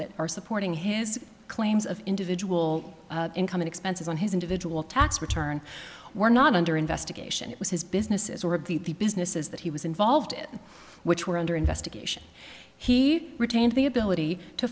that are supporting his claims of individual income and expenses on his individual tax return were not under investigation it was his businesses or of the businesses that he was involved it which were under investigation he retained the ability to